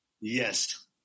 Yes